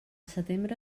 setembre